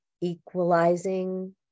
equalizing